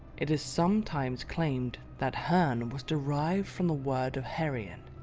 it is sometimes claimed that herne was derived from the word herian,